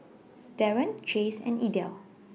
Daren Chase and Idell